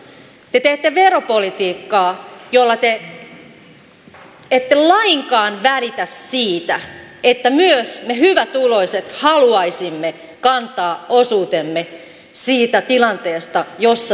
te teette veropolitiikkaa jossa te ette lainkaan välitä siitä että myös me hyvätuloiset haluaisimme kantaa osuutemme siinä tilanteessa jossa suomi on